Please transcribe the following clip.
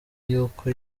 yuko